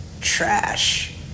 Trash